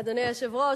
אדוני היושב-ראש,